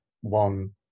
one